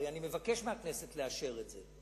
הרי אני מבקש מהכנסת לאשר את זה.